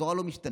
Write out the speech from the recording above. התורה לא משתנה.